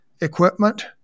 equipment